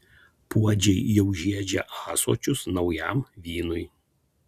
puodžiai jau žiedžia ąsočius naujam vynui